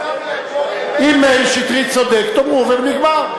אם מאיר שטרית צודק, תאמרו ונגמר.